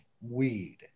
weed